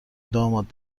داماد